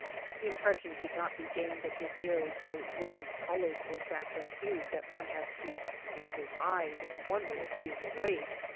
the impression should not be gained that this air is so rose-colored or saffron-hued that one has to rub his eyes and wonder if he is awake.